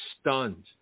stunned